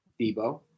Debo